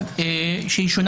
שונה